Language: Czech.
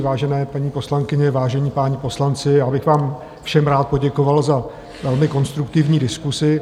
Vážené paní poslankyně, vážení páni poslanci, rád bych vám všem poděkoval za velmi konstruktivní diskusi.